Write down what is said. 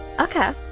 okay